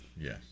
yes